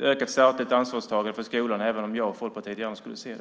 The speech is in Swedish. ökat statligt ansvarstagande för skolan, även om jag och Folkpartiet gärna skulle se det.